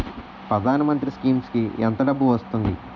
ప్రధాన మంత్రి స్కీమ్స్ కీ ఎంత డబ్బు వస్తుంది?